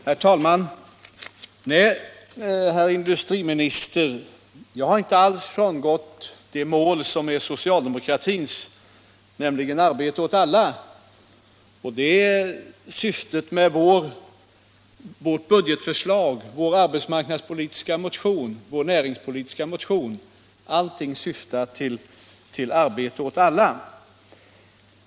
Herr talman! Nej, herr industriminister, jag har inte alls frångått det mål som är socialdemokratins, nämligen ”arbete åt alla”. Allt — vårt budgetförslag, vår näringspolitiska motion — syftar till ”arbete åt alla”.